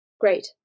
great